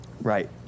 Right